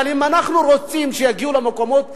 אבל אם אנחנו רוצים שיגיעו למקומות בכירים,